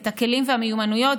את הכלים ואת המיומנויות,